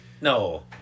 No